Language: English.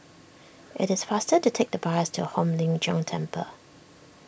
it is faster to take the bus to Hong Lim Jiong Temple